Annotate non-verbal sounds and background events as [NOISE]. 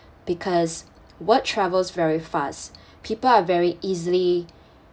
because word travels very fast [BREATH] people are very easily